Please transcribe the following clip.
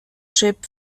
trip